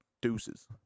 deuces